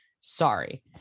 Sorry